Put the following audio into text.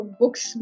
books